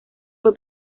fue